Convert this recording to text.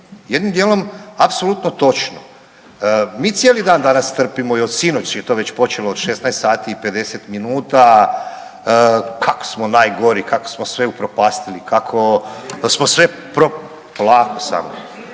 jednim dijelom apsolutno točno. Mi cijeli dan danas trpimo i od sinoć je to već počelo od 16 sati i 50 minuta kak smo najgori, kak smo sve upropastili, kako smo sve …/Upadica: